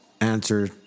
answer